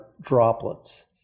droplets